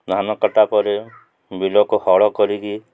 ଧାନ କଟା ପରେ ବିଲକୁ ହଳ କରିକି